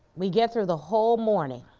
we get through the whole morning.